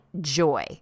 joy